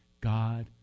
God